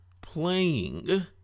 playing